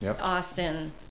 austin